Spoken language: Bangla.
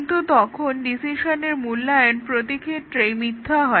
কিন্তু তখন ডিসিশনের মূল্যায়ন প্রতি ক্ষেত্রেই মিথ্যা হয়